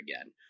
again